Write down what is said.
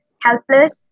helpless